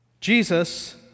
Jesus